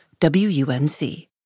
WUNC